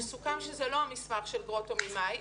שסוכם שזה לא המסמך של גרוטו ממאי.